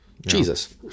Jesus